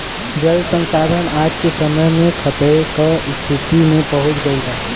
जल संसाधन आज के समय में खतरे के स्तिति में पहुँच गइल बा